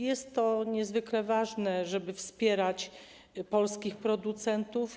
Jest to niezwykle ważne, żeby wspierać polskich producentów.